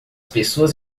pessoas